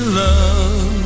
love